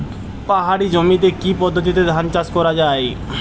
পাহাড়ী জমিতে কি পদ্ধতিতে ধান চাষ করা যায়?